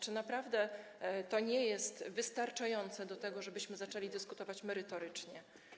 Czy naprawdę to nie jest wystarczające do tego, żebyśmy zaczęli dyskutować merytorycznie?